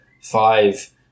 five